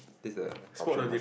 this the option one